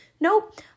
Nope